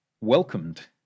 welcomed